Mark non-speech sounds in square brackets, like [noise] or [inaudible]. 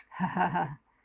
[laughs]